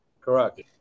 Correct